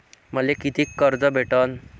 मले कितीक कर्ज भेटन?